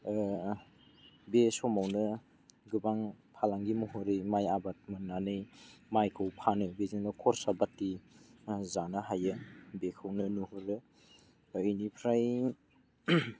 बे समावनो गोबां फालांगि महरै माइ आबाद मावनानै माइखौ फानो बेजोंबो खरसापाति जानो हायो बेखौनो नुहुरो बिनिफ्राय